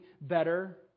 better